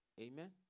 Amen